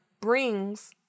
brings